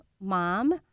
mom